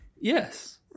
Yes